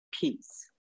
peace